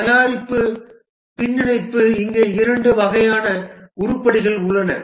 தயாரிப்பு பின்னிணைப்பு இங்கே 2 வகையான உருப்படிகள் உள்ளன